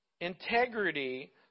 Integrity